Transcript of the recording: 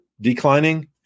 declining